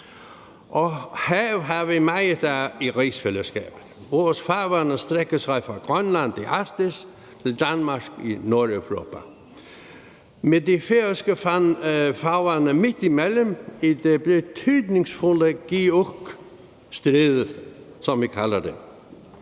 Og havet har vi meget af i rigsfællesskabet: Vores farvande strækker sig fra Grønland i Arktis til Danmark i Nordeuropa, med de færøske farvande midtimellem i det betydningsfulde GIUK-stræde, som vi kalder det.